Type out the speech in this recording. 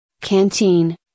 Canteen